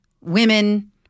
women